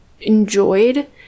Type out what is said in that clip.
enjoyed